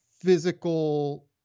physical